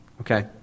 Okay